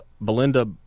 Belinda